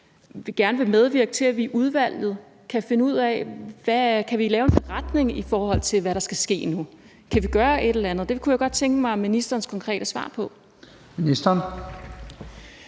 til at medvirke til, at vi i udvalget kan finde ud af, om vi kan lave en beretning, i forhold til hvad der skal ske nu. Kan vi gøre et eller andet? Det kunne jeg godt tænke mig ministerens konkrete svar på. Kl.